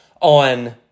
on